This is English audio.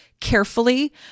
carefully